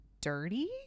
dirty